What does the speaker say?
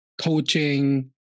Coaching